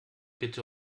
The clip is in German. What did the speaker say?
bitte